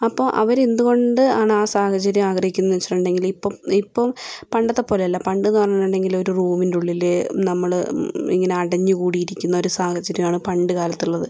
അപ്പോൾ അവർ എന്തുകൊണ്ട് ആണ് ആ സാഹചര്യം ആഗ്രഹിക്കുന്നതെന്ന് വെച്ചിട്ടുണ്ടെങ്കിൽ ഇപ്പം ഇപ്പം പണ്ടത്തെ പോലെ അല്ല പണ്ടെന്ന് പറഞ്ഞിട്ടുണ്ടെങ്കിൽ ഒരു റൂമിന്റെ ഉള്ളിൽ നമ്മൾ ഇങ്ങനെ അടഞ്ഞുകൂടിയിരിക്കുന്നൊരു സാഹചര്യമാണ് പണ്ടുകാലത്തുള്ളത്